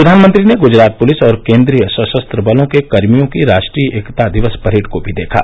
प्रधानमंत्री ने गुजरात पुलिस और केन्द्रीय सशस्त्र बलों के कर्भियों की राष्ट्रीय एकता दिवस परेड को भी देखा